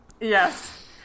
Yes